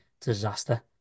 disaster